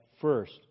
first